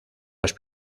los